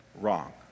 wrong